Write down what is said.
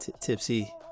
tipsy